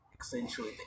Essentially